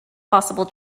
possible